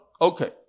Okay